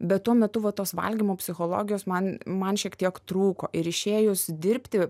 bet tuo metu va tos valgymo psichologijos man man šiek tiek trūko ir išėjus dirbti